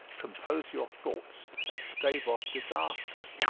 compose your thoughts, and stave off disaster.